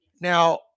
Now